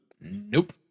Nope